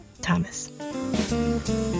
Thomas